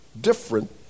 different